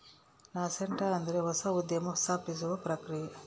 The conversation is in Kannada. ನಾಸೆಂಟ್ ಅಂದ್ರೆ ಹೊಸ ಉದ್ಯಮ ಸ್ಥಾಪಿಸುವ ಪ್ರಕ್ರಿಯೆ